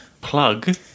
Plug